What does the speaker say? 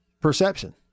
Perception